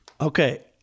Okay